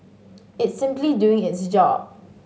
it's simply doing its job